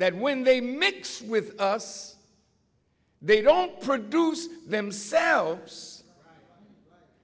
that when they mix with us they don't produce themselves